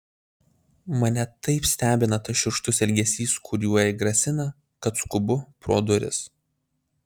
mane taip stebina tas šiurkštus elgesys kuriuo jai grasina kad skubu pro duris